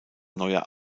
neuer